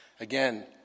Again